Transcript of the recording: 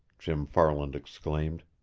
jim farland exclaimed.